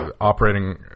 operating